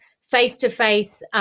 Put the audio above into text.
face-to-face